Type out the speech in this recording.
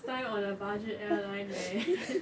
first time on a budget airline man